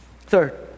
Third